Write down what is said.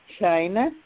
China